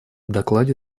докладе